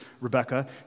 Rebecca